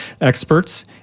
experts